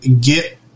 get